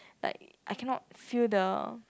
like I cannot feel the